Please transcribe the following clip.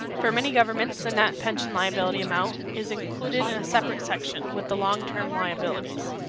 for many governments and net pension liability amount is included in a separate section with the long term liabilities.